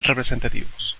representativos